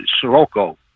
Sirocco